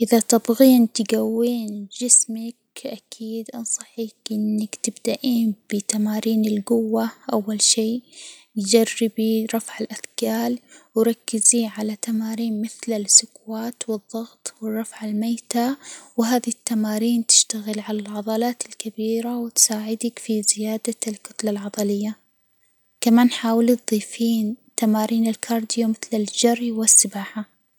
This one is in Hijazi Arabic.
إذا تبغين تجوين جسمك، أكيد أنصحك إنك تبدأين بتمارين الجوة أول شي، جربي رفع الأثجال وركزي على تمارين مثل السكوات والضغط والرفع الميت، و هذي التمارين تشتغل على العضلات الكبيرة وتساعدك في زيادة الكتلة العضلية، كمان حاولي تضيفين تمارين الكارديو مثل الجري والسباحة.